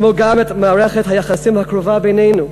כמו גם את מערכת היחסים הקרובה בינינו,